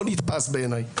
לא נתפס בעיניי.